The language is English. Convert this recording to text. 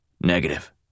Negative